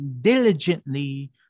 diligently